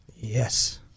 yes